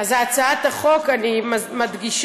אז הצעת החוק, אני מדגישה,